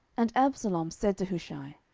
and absalom said to hushai,